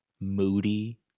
Moody